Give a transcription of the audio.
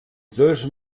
solchen